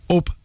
Op